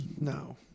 no